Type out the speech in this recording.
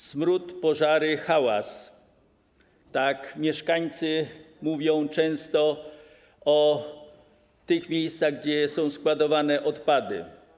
Smród, pożary, hałas - tak mieszkańcy mówią często o tych miejscach, gdzie są składowane odpady.